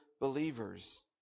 believers